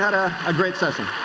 had ah a great session